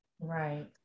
Right